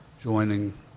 joining